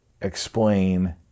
explain